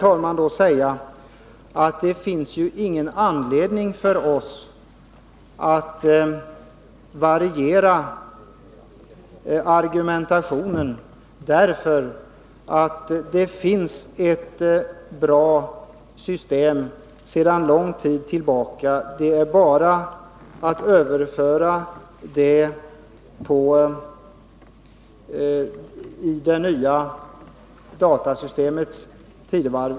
Får jag då säga, herr talman, att det inte finns någon anledning för oss att variera argumentationen. Det finns ju sedan lång tid tillbaka ett bra system, som mycket väl går att överföra på data.